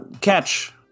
Catch